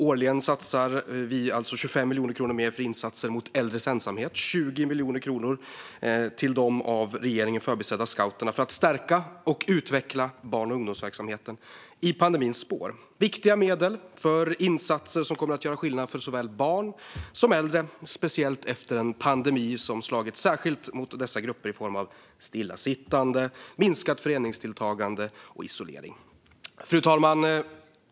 Årligen satsar vi 25 miljoner kronor mer för insatser mot äldres ensamhet och 20 miljoner kronor till de av regeringen förbisedda scouterna för att stärka och utveckla barn och ungdomsverksamheten i pandemins spår. Det är viktiga medel för insatser som kommer att göra skillnad för såväl barn som äldre. Det gäller speciellt efter en pandemi som har slagit särskilt mot dessa grupper i form av stillasittande, minskat föreningsdeltagande och isolering. Fru talman!